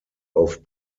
auf